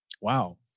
Wow